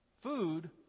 Food